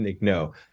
no